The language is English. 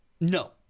No